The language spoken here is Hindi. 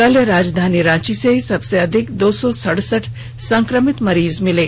कल राजधानी रांची से सबसे अधिक दो सौ सड़सठ संक्रमित मरीज मिलें